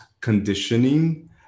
conditioning